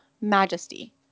majesty